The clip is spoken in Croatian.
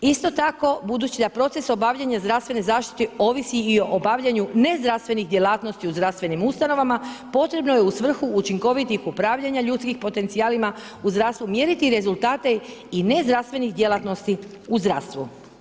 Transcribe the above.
Isto tako budući da proces obavljanja zdravstvene zaštite ovisi i o obavljanju nezdravstvenih djelatnosti u zdravstvenim ustanovama, potrebno je u svrhu učinkovitih upravljanja ljudskim potencijalima u zdravstvu mjeriti rezultate i nezdravstvenih djelatnosti u zdravstvu.